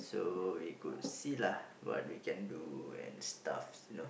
so we could see lah what we can do and stuff you know